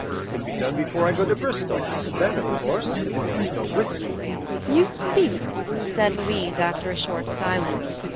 it could be done before i go to bristol, and then, of course, you could go with me you speak said louise, after a short silence,